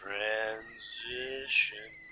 Transition